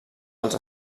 als